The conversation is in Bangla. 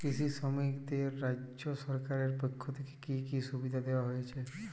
কৃষি শ্রমিকদের রাজ্য সরকারের পক্ষ থেকে কি কি সুবিধা দেওয়া হয়েছে?